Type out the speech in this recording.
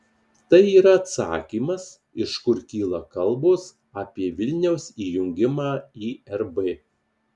tai yra atsakymas iš kur kyla kalbos apie vilniaus įjungimą į rb